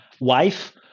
wife